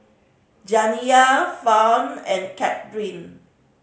Janiyah Fawn and Kathlene